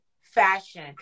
fashion